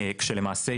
למעשה,